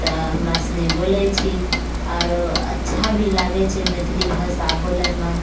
तऽ हमरा सनि बोलै छी आरो अच्छा भी लागै छै मैथिली भाषा बोलैमे